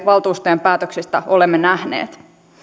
valtuustojen päätöksistä olemme nähneet